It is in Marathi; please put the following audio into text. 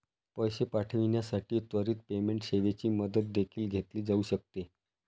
पैसे पाठविण्यासाठी त्वरित पेमेंट सेवेची मदत देखील घेतली जाऊ शकते